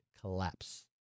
collapse